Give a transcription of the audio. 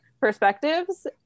perspectives